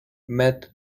meth